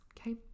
Okay